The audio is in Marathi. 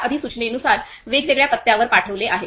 त्या अधिसूचनेनुसार वेगवेगळ्या पत्त्यावर पाठविले आहे